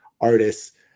artists